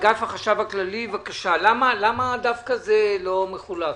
אגף החשב הכללי, למה דווקא זה לא מחולק?